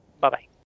Bye-bye